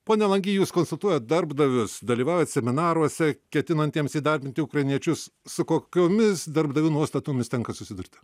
pone langy jūs konsultuojat darbdavius dalyvaujat seminaruose ketinantiems įdarbinti ukrainiečius su kokiomis darbdavių nuostatomis tenka susidurti